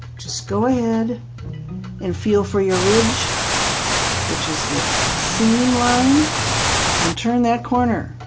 just go ahead and feel for your ridge which is the seam line and turn that corner